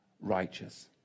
righteous